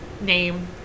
name